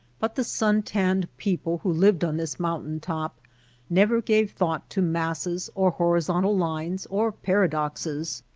but the sun-tanned people who lived on this mountain top never gave thought to masses, or horizontal lines, or paradoxes.